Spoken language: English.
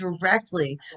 directly